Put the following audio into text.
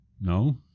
No